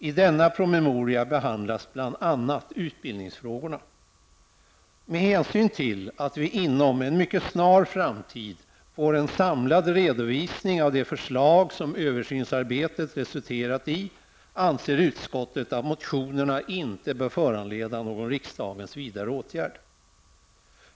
I denna promemoria behandlas bl.a. utbildningsfrågorna. Med hänsyn till att vi inom en mycket snar framtid får en samlad redovisning av de förslag som översynsarbetet resulterat i anser utskottet att motionerna inte bör föranleda någon riksdagens vidare åtgärd.